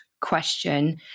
question